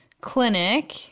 clinic